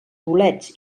bolets